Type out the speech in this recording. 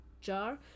jar